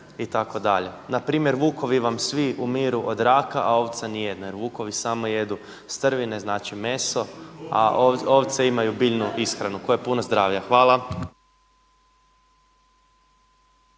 itd.. Npr. vukovi vam svi umiru od raka a ovce niti jedne. Jer vukovi samo jedu strvine, znači meso a ovce imaju biljnu ishranu koja je puno zdravija. Hvala.